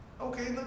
Okay